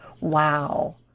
Wow